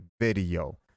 video